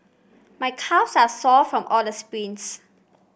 my calves are sore from all the sprints